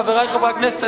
חברי חברי הכנסת,